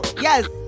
yes